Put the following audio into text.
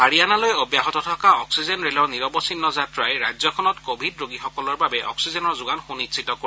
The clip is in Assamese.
হাৰিয়ানালৈ অব্যাহত থকা অক্সিজেন ৰেলৰ নিৰৱচ্ছিন্ন যাত্ৰাই ৰাজ্যখনত কোৱিড ৰোগীসকলৰ বাবে অক্সিজেনৰ যোগান সুনিশ্চিত কৰিব